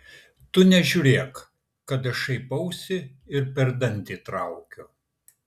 tu nežiūrėk kad aš šaipausi ir per dantį traukiu